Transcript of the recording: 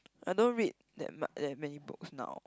I don't read that mu~ that many books now